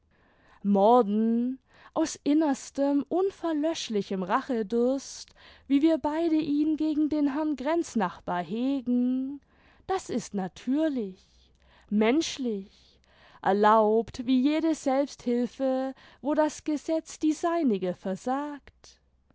morden aus innerstem unverlöschlichem rachedurst wie wir beide ihn gegen den herrn grenznachbar hegen das ist natürlich menschlich erlaubt wie jede selbsthilfe wo das gesetz die seinige versagt